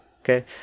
okay